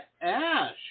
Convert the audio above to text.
Ash